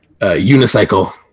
unicycle